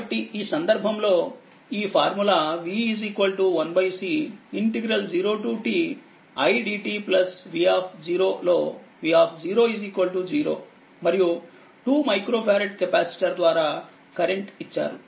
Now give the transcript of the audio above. కాబట్టి ఈ సందర్భంలో ఈ formula v 1C 0ti dt vలో v 0 మరియు 2 మైక్రో ఫారడ్ కెపాసిటర్ ద్వారా కరెంట్ ఇచ్చారు